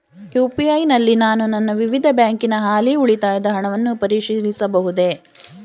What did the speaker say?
UPI ನಲ್ಲಿ ನಾನು ನನ್ನ ವಿವಿಧ ಬ್ಯಾಂಕಿನ ಹಾಲಿ ಉಳಿತಾಯದ ಹಣವನ್ನು ಪರಿಶೀಲಿಸಬಹುದೇ?